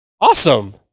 Awesome